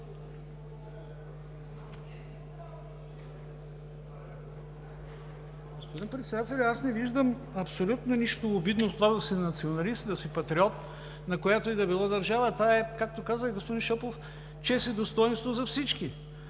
Господин Председателю, аз не виждам абсолютно нищо обидно в това да си националист, да си патриот, на която и да било държава. Това е, както каза господин Шопов, чест и достойнство за всички.